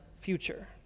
future